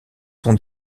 son